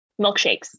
milkshakes